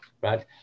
right